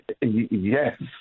Yes